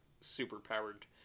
super-powered